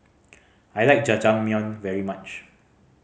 I like Jajangmyeon very much